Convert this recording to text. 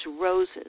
roses